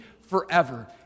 forever